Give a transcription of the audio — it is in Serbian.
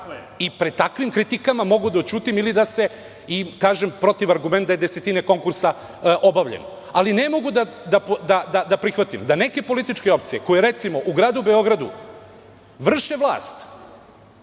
i pred takvim kritikama mogu da ućutim i da kažem protivargument da je desetine konkursa objavljeno. Ne mogu da prihvatim da neke političke opcije, koje u gradu Beogradu vrše vlast,